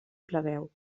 plebeu